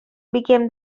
became